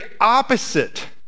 opposite